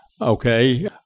okay